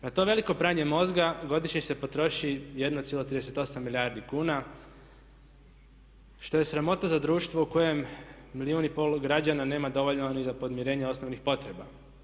Na to veliko pranje mozga godišnje se potroši 1,38 milijardi kuna što je sramota za društvo u kojem milijun i pol građana nema dovoljno ni za podmirenje osnovnih potreba.